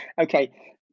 Okay